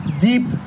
deep